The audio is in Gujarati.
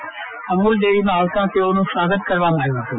જે અમૂલ ડેરીમાં આવતા તેઓનું સ્વાગત કરવામાં આવ્યું હતું